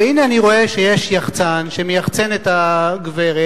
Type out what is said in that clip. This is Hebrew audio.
והנה אני רואה שיש יחצן שמייחצן את הגברת,